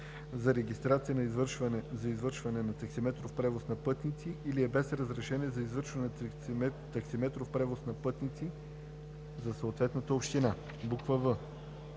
за регистрация за извършване на таксиметров превоз на пътници или е без разрешение за извършване на таксиметров превоз на пътници за съответната община; в) с